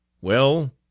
Well